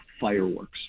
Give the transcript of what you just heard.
fireworks